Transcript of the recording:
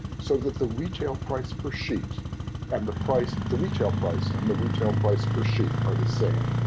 so that the retail price per sheet and the price the retail price and the retail price per sheet are the same.